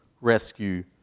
rescue